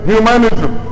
Humanism